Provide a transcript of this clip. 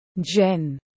Jen